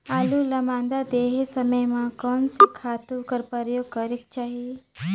आलू ल मादा देहे समय म कोन से खातु कर प्रयोग करेके चाही?